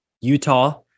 Utah